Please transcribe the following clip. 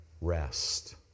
rest